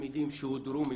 תלמידים שהודרו מפעילויות,